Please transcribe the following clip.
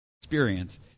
experience